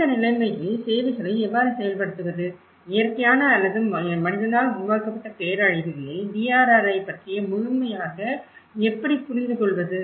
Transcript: இந்த நிலைமைகளில் சேவைகளை எவ்வாறு செயல்படுத்துவது இயற்கையான அல்லது மனிதனால் உருவாக்கப்பட்ட பேரழிவுகளில் DRRஐப் பற்றிய முழுமையாக எப்படி புரிந்துகொள்வது